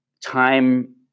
time